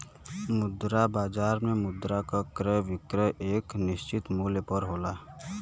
मुद्रा बाजार में मुद्रा क क्रय विक्रय एक निश्चित मूल्य पर होला